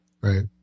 Right